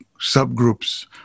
subgroups